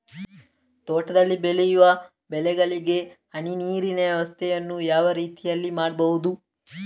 ತೋಟದಲ್ಲಿ ಬೆಳೆಯುವ ಬೆಳೆಗಳಿಗೆ ಹನಿ ನೀರಿನ ವ್ಯವಸ್ಥೆಯನ್ನು ಯಾವ ರೀತಿಯಲ್ಲಿ ಮಾಡ್ಬಹುದು?